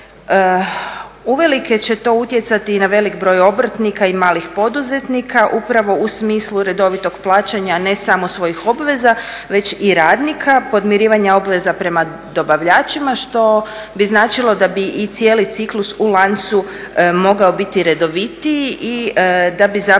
Uvelike će to utjecati i na velik broj obrtnika i malih poduzetnika upravo u smislu redovitog plaćanja ne samo svojih obveza već i radnika, podmirivanja obveza prema dobavljačima što bi značilo da bi i cijeli ciklus u lancu mogao biti redovitiji i da bi zapravo